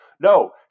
No